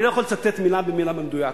אני לא יכול לצטט מלה במלה במדויק,